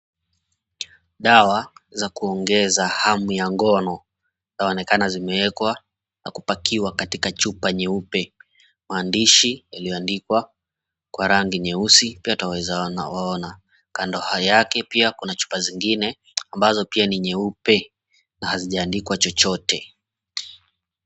Dawa za kuongeza hamu ya ngono yaonekana zimeekwa na kupakiwa katika chupa nyeupe, maandishi yaliyoandikwa kwa rangi nyeusi pia twaweza waona kando yake pia kuna chupa zingine ambazo pia ni nyeupe na hazijaandikwa chochote.